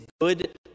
good